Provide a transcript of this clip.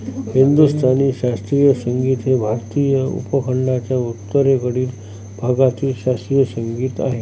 हिंदुस्थानी शास्त्रीय संगीत हे भारतीय उपखंडाच्या उत्तरेकडील भागातील शास्त्रीय संगीत आहे